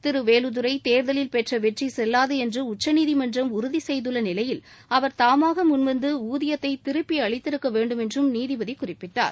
திரு வேலுதுரை தேர்தலில் பெற்ற வெற்றி செல்லாது என்று உச்சநீதிமன்றம் உறுதி செய்துள்ள நிலையில் அவர் தாமாக முன்வந்து ஊதியத்தை திருப்பி அளித்திருக்க வேண்டும் என்றும் நீதிபதி குறிப்பிட்டார்